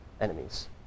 enemies